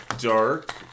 dark